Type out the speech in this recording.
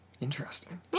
Interesting